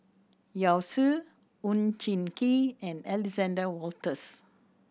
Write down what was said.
Yao Zi Oon Jin Gee and Alexander Wolters